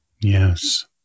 Yes